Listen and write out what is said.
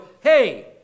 hey